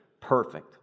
Perfect